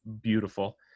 beautiful